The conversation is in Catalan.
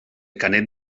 canet